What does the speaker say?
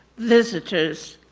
visitors.